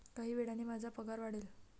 काही वेळाने माझा पगार वाढेल